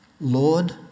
Lord